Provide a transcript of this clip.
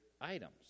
items